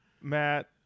Matt